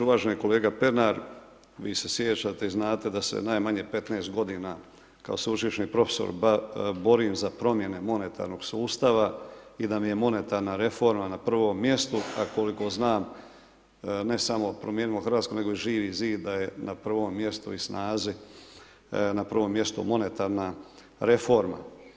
Uvaženi kolega Pernar vi se sjećate i znate da se najmanje 15 godina kao sveučilišni profesor borim za promjene monetarnog sustava i da mi je monetarna reforma na prvom mjestu, a koliko znam, ne samo promijenimo Hrvatsku, nego i Živi zid da je na prvom mjestu i SNAZI na prvom mjestu monetarna reforma.